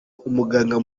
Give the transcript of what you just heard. umuganga